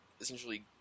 essentially